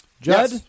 Judd